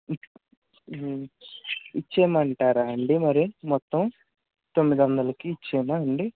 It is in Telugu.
ఇచ్చెయ్యమంటారా అండి మరి మొత్తం తొమ్మిది వందలకి ఇచ్చెయ్యనా అండి